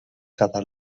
cada